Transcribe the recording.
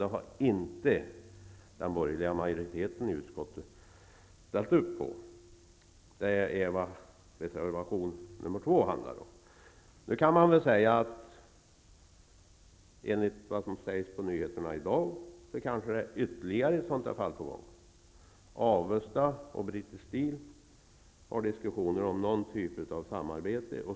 Den borgerliga majoriteten i utskottet har inte gått med på det. Det är vad reservation 2 handlar om. Enligt vad som har sagts på nyheterna i dag kanske ytterligare ett sådant här fall är på gång. Avesta och British Steel har diskussioner om någon typ av samarbete.